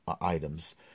items